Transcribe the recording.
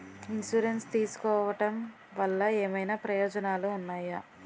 Insurance తీసుకోవటం వల్ల ఏమైనా ప్రయోజనాలు ఉన్నాయా?